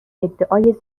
ادعای